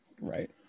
right